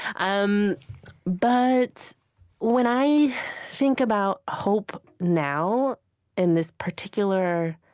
um but when i think about hope now in this particular